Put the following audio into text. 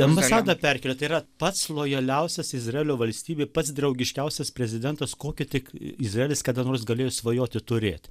ambasadą perkėlė tai yra pats lojaliausias izraelio valstybei pats draugiškiausias prezidentas kokį tik izraelis kada nors galėjo svajoti turėti